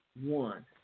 one